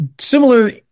similar